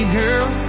girl